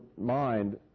mind